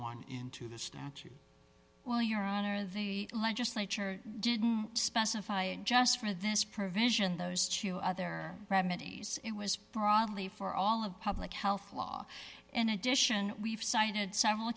one into the statute well your honor the legislature didn't specify just for this provision those two other remedies it was broadly for all of public health law in addition we've cited several